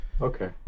Okay